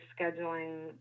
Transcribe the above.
scheduling